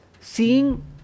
seeing